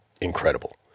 incredible